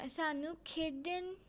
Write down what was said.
ਸਾਨੂੰ ਖੇਡਣ